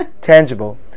tangible